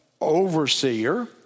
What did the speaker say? overseer